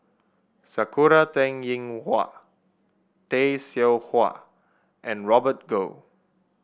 Sakura Teng Ying Hua Tay Seow Huah and Robert Goh